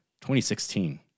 2016